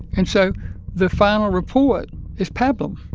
and so the final report is pablum.